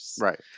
right